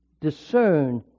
discern